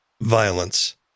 violence